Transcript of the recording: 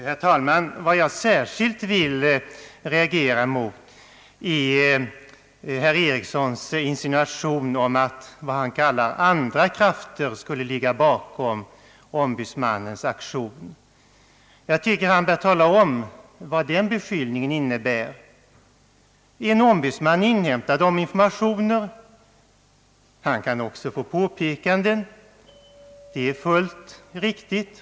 Herr talman! Vad jag särskilt vill reagera mot är herr John Ericssons insinuation om att »andra krafter» skulle ligga bakom ombudsmannens aktion. Jag tycker att herr John Ericsson bör tala om vad den beskyllningen innebär. En ombudsman inhämtar informationer. Han kan även få påpekanden. Det är fullt riktigt.